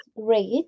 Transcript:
great